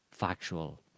factual